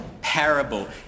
parable